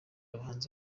abahanzi